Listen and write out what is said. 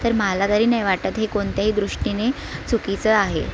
तर मला तरी नाही वाटत की कोणत्याही दृष्टीनी चुकीचं आहे